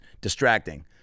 distracting